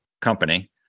company